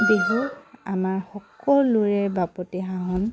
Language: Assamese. বিহু আমাৰ সকলোৰেই বাপতিসাহোন